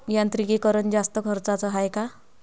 यांत्रिकीकरण जास्त खर्चाचं हाये का?